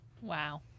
Wow